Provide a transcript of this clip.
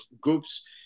groups